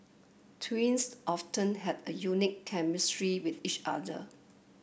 twins often have a unique chemistry with each other